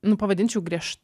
nu pavadinčiau griež